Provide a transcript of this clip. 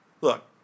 Look